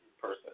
person